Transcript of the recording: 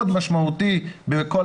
אני חושב שיש שינוי מאוד משמעותי בכל